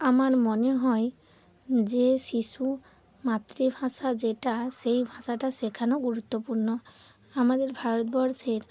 আমার মনে হয় যে শিশু মাতৃভাষা যেটা সেই ভাষাটা শেখানো গুরুত্বপূর্ণ আমাদের ভারতবর্ষের